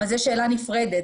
אבל זו שאלה נפרדת.